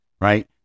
right